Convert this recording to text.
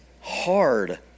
hard